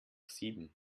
sieben